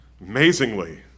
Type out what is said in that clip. amazingly